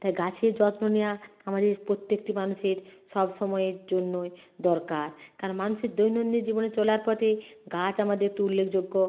তাই গাছের যত্ন নেওয়া আমাদের প্রত্যেকটি মানুষের সবসময়ের জন্যই দরকার কারণ মানুষের দৈনন্দিন জীবনে চলার পথে গাছ আমাদের একটি উল্লেখযোগ্য